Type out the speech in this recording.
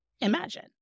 imagine